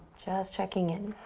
just checking in.